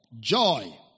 joy